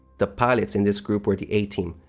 the pilots in this group were the a-team,